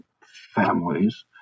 families